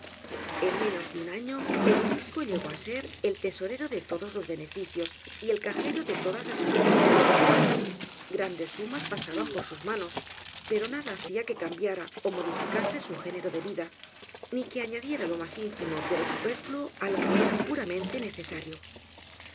en menos de un año el obispo llegó á ser el tesorero de todos los beneficios y el cajero de todas las estrecheces grandes sumas pasaban por sus manos pero nada hacia que cambiara ó modificase su género de vida ni que añadiera lo mas ínfimo de lo supérfluo á lo que le era puramente necesario